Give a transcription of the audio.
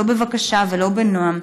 לא בבקשה ולא בנועם,